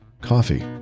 coffee